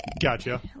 Gotcha